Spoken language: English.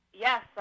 Yes